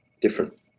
different